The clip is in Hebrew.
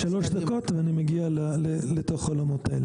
עוד שלוש דקות ואני מגיע לעולמות האלה.